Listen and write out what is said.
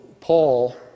Paul